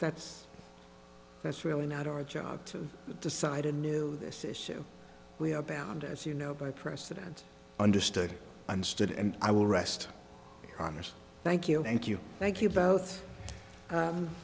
that's that's really not our job to decide a new this issue we are bound as you know by precedent understood understood and i will rest on this thank you thank you thank you both